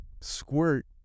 squirt